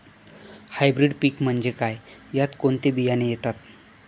Hybrid पीक म्हणजे काय? यात कोणते बियाणे येतात?